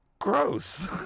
gross